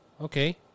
Okay